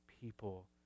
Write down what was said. people